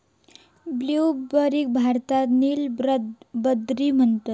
ब्लूबेरीक भारतात नील बद्री म्हणतत